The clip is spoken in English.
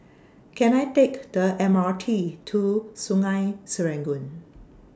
Can I Take The M R T to Sungei Serangoon